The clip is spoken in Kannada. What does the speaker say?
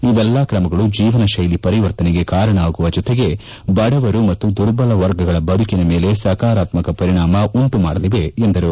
ಇವೆಲ್ಲಾ ಕ್ರಮಗಳು ಜೀವನ ಶೈಲಿ ಪರಿವರ್ತನೆಗೆ ಕಾರಣವಾಗುವ ಜೊತೆಗೆ ಬಡವರು ಮತ್ತು ದುರ್ಬಲ ವರ್ಗಗಳ ಬದುಕಿನ ಮೇಲೆ ಸಕಾರಾತ್ಮಕ ಪರಿಣಾಮ ಉಂಟು ಮಾಡಲಿವೆ ಎಂದರು